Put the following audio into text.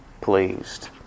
pleased